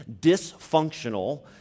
dysfunctional